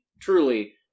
truly